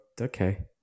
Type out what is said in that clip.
okay